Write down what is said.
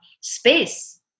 space